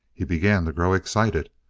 he began to grow excited.